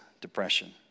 depression